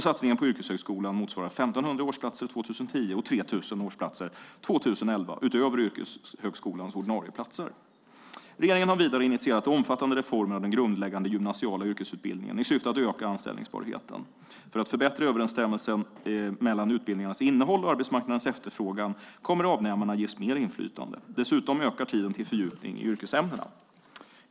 Satsningen på yrkeshögskolan motsvarar 1 500 årsplatser 2010 och 3 000 årsplatser 2011 utöver yrkeshögskolans ordinarie platser. Regeringen har vidare initierat omfattande reformer av den grundläggande gymnasiala yrkesutbildningen i syfte att öka anställningsbarheten. För att förbättra överensstämmelsen mellan utbildningarnas innehåll och arbetsmarknadens efterfrågan kommer avnämarna att ges mer inflytande . Dessutom ökar tiden till fördjupning i yrkesämnena.